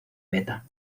meta